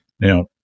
Now